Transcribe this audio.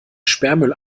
sperrmüll